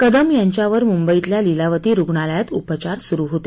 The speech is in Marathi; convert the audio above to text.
कदम यांच्यावर मुंबईतील लीलावती रुगणालयात उपचार सुरु होते